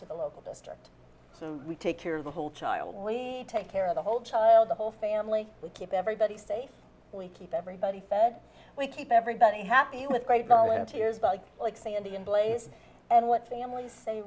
to the local district so we take care of the whole child we take care of the whole child the whole family we keep everybody safe we keep everybody fed we keep everybody happy with great volunteers bike like sandy in place and what families say